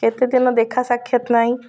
କେତେ ଦିନ ଦେଖା ସାକ୍ଷତ ନାଇଁ